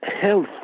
health